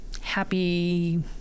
happy